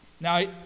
Now